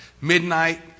midnight